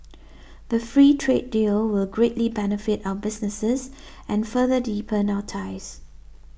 the free trade deal will greatly benefit our businesses and further deepen our ties